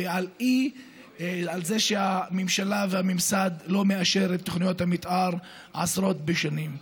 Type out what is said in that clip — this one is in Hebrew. ועל זה שהממשלה והממסד לא מאשר את תוכניות המתאר עשרות בשנים.